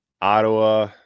Ottawa